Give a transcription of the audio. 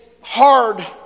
hard